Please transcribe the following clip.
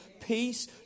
peace